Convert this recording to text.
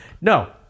No